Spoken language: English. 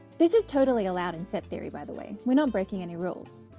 this is totally allowed in set theory by the way, we're not breaking any rules.